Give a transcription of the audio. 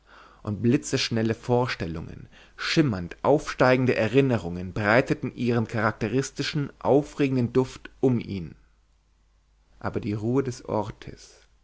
und blitzschnelle vorstellungen schimmernd aufsteigende erinnerungen breiteten ihren charakteristischen aufregenden duft um ihn aber die ruhe des ortes